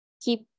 keep